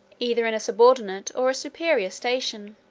either in a subordinate or a superior station